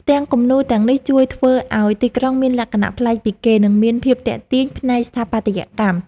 ផ្ទាំងគំនូរទាំងនេះជួយធ្វើឱ្យទីក្រុងមានលក្ខណៈប្លែកពីគេ និងមានភាពទាក់ទាញផ្នែកស្ថាបត្យកម្ម។